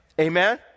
Amen